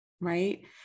right